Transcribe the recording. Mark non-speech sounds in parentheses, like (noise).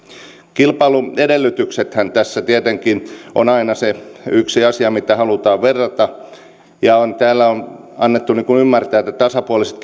kilpailun edellytyksethän tässä tietenkin on aina se yksi asia mitä halutaan verrata ja täällä on annettu ymmärtää että tasapuoliset (unintelligible)